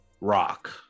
Rock